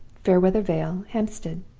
fairweather vale, hampstead